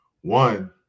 one